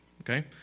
Okay